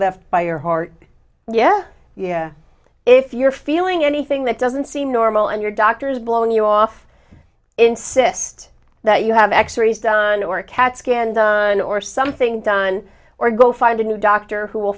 left by your heart yeah yeah if you're feeling anything that doesn't seem normal and your doctor is blowing you off insist that you have x rays done or a cat scan done or something done or go find a new doctor who will